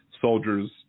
soldiers